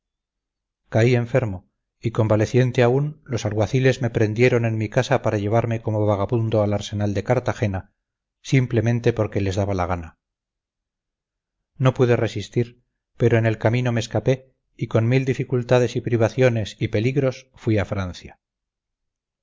caí enfermo y convaleciente aún los alguaciles me prendieron en mi casa para llevarme como vagabundo al arsenal de cartagena simplemente porque les daba la gana no pude resistir pero en el camino me escapé y con mil dificultades y privaciones y peligros fui a francia